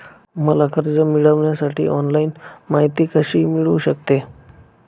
मला कर्ज मिळविण्यासाठी ऑनलाइन माहिती कशी मिळू शकते?